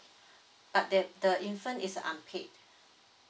but that the infant is unpaid